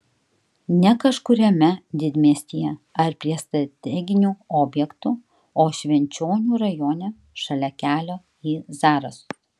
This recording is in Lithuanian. ne kažkuriame didmiestyje ar prie strateginių objektų o švenčionių rajone šalia kelio į zarasus